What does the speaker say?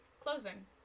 closing